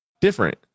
different